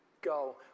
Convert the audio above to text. go